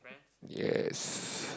yes